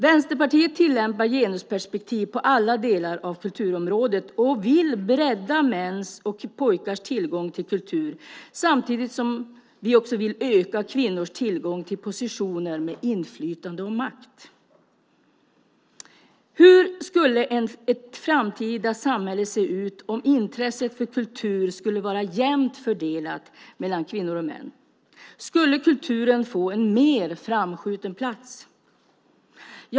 Vänsterpartiet tillämpar genusperspektiv på alla delar av kulturområdet och vill bredda mäns och pojkars tillgång till kultur samtidigt som vi också vill öka kvinnors tillgång till positioner med inflytande och makt. Hur skulle ett framtida samhälle se ut om intresset för kultur skulle vara jämnt fördelat mellan kvinnor och män? Skulle kulturen få en mer framskjuten plats?